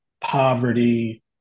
poverty